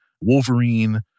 Wolverine